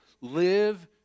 live